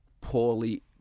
poorly